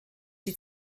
die